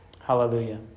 Hallelujah